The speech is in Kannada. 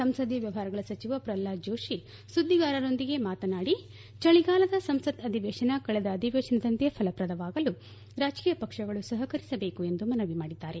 ಸಂಸದೀಯ ವ್ಯವಹಾರಗಳ ಸಚಿವ ಪ್ರಹ್ಲಾದ್ ಜೋಷಿ ಸುದ್ದಿಗಾರರೊಂದಿಗೆ ಮಾತನಾದಿ ಚಳಿಗಾಲದ ಸಂಸತ್ ಅಧಿವೇಶನ ಕಳೆದ ಅಧಿವೇಶನದಂತೆ ಫಲಪ್ರದವಾಗಲು ರಾಜಕೀಯ ಪಕ್ಷಗಳು ಸಹಕರಿಸಬೇಕು ಎಂದು ಮನವಿ ಮಾಡಿದ್ದಾರೆ